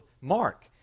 Mark